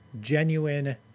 genuine